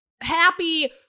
Happy